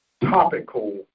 topical